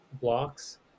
blocks